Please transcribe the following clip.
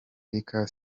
rica